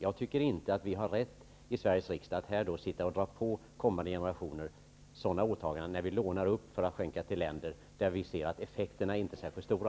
Jag tycker inte att vi i Sveriges riksdag har rätt att dra på kommande generationer sådana skulder -- vi lånar upp för att skänka till länder där vi ser att effekterna inte är särskilt stora.